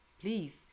please